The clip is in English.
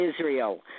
Israel